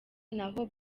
naho